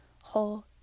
whole